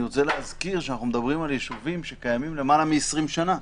אני רוצה להזכיר שאנחנו מדברים על ישובים שקיימים למעלה מ-20 שנים.